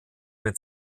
mit